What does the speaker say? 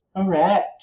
Correct